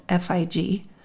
FIG